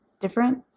different